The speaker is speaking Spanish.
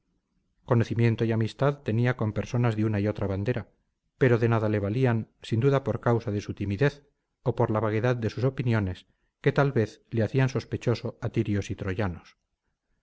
conocimiento y amistad tenía con personas de una y otra bandera pero de nada le valían sin duda por causa de su timidez o por la vaguedad de sus opiniones que tal vez le hacía sospechoso a tirios y troyanos